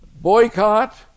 boycott